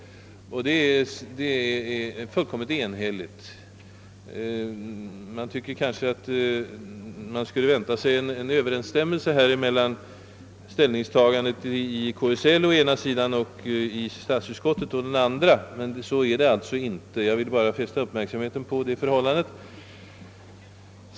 Man hade ju väntat sig överensstämmelse i det fallet mellan å ena sidan ställningstagandet inom KSL och å andra sidan i statsutskottet, men så har det alltså inte blivit. Jag har velat fästa uppmärksamheten på det förhållandet.